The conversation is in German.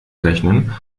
rechnen